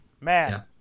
Man